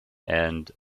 and